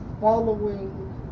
following